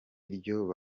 ritumye